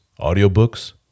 audiobooks